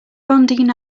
rondine